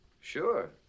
Sure